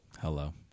hello